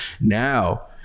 Now